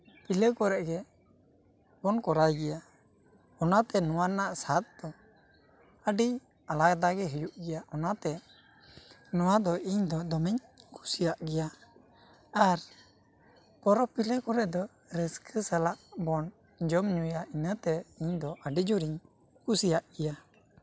ᱯᱤᱦᱟᱹ ᱠᱚᱨᱮᱜ ᱜᱮᱵᱚᱱ ᱠᱚᱨᱟᱣ ᱜᱮᱭᱟ ᱚᱱᱟᱛᱮ ᱱᱚᱣᱟ ᱨᱮᱱᱟᱜ ᱥᱟᱫ ᱟᱹᱰᱤ ᱟᱞᱟᱫᱟ ᱜᱮ ᱦᱩᱭᱩᱜ ᱜᱮᱭᱟ ᱚᱱᱟᱛᱮ ᱱᱚᱣᱟ ᱫᱚ ᱤᱧ ᱫᱚ ᱫᱚᱢᱮᱧ ᱠᱩᱥᱤᱭᱟᱜ ᱜᱮᱭᱟ ᱟᱨ ᱯᱚᱨᱚᱵᱽ ᱯᱤᱦᱟᱹ ᱠᱚᱨᱮᱜ ᱫᱚ ᱨᱟᱹᱥᱠᱟᱹ ᱥᱟᱞᱟᱜ ᱵᱚᱱ ᱡᱚᱢ ᱧᱩᱭᱟ ᱤᱱᱟᱹᱛᱮ ᱤᱧ ᱫᱚ ᱟᱹᱰᱤ ᱡᱳᱨ ᱤᱧ ᱠᱩᱥᱤᱭᱟᱜ ᱜᱮᱭᱟ